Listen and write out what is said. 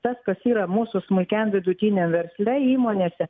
tas kas yra mūsų smulkiam vidutiniam versle įmonėse